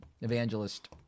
evangelist